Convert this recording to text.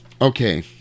okay